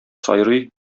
сайрый